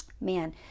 Man